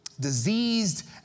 Diseased